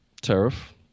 tariff